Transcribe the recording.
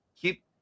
keep